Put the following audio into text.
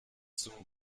zum